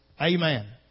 Amen